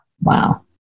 Wow